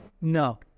No